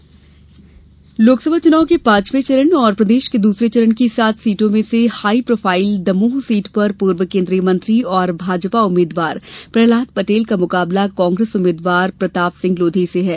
च्नाव दमोह लोकसभा चुनाव के पांचवे चरण और प्रदेश के दूसरे चरण की सात सीटों में से हाई प्रोफाइल दमोह सीट पर पूर्व केन्द्रीय मंत्री और भाजपा उम्मीदवार प्रहलाद पटेल का मुकाबला कांग्रेस उम्मीदवार प्रताप सिंह लोधी से है